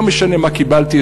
לא משנה מה קיבלתי,